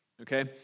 okay